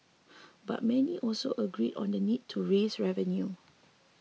but many also agree on the need to raise revenue